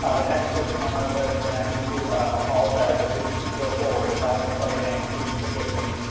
ah the next person on our list, and i need to apologize, as we go forward. if i misspelled. your name please forgive me.